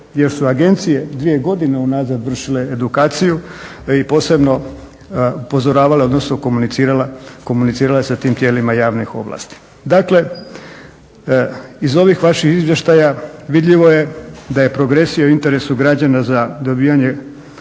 jer su agencije dvije godine unazad vršile edukaciju i posebno upozoravale, odnosno komunicirale sa tim tijelima javnih ovlasti. Dakle, iz ovih vaših izvještaja vidljivo je da je progresija u interesu građana za dobivanje